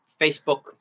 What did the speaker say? Facebook